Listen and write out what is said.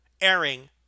airing